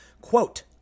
quote